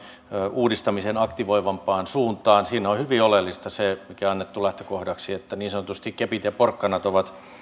uudistamiseksi aktivoivampaan suuntaan siinä on hyvin oleellista se mikä on annettu lähtökohdaksi että niin sanotusti kepit ja porkkanat ovat